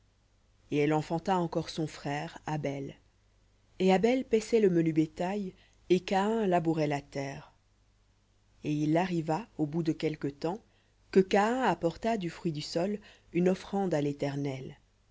et elle enfanta encore son frère abel et abel paissait le menu bétail et caïn labourait la terre v et il arriva au bout de quelque temps que caïn apporta du fruit du sol une offrande à l'éternel